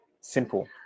simple